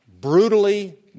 brutally